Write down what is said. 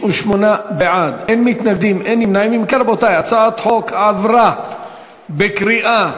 את הצעת חוק הגנה על זכויות אמנים במוזיקה,